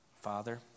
Father